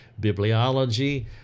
Bibliology